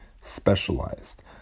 specialized